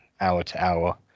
hour-to-hour